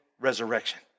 resurrection